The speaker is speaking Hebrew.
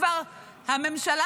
הממשלה